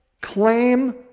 claim